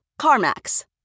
CarMax